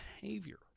behavior